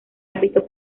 ámbito